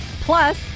Plus